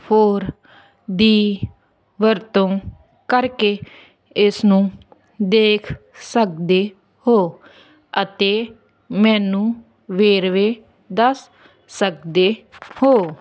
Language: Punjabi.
ਫੋਰ ਦੀ ਵਰਤੋਂ ਕਰਕੇ ਇਸਨੂੰ ਦੇਖ ਸਕਦੇ ਹੋ ਅਤੇ ਮੈਨੂੰ ਵੇਰਵੇ ਦੱਸ ਸਕਦੇ ਹੋ